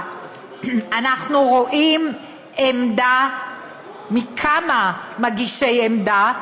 אנחנו רואים עמדה של כמה מגישי עמדה,